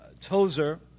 Tozer